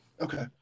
Okay